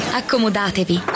accomodatevi